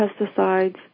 pesticides